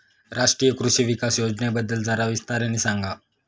राष्ट्रीय कृषि विकास योजनेबद्दल जरा विस्ताराने सांगा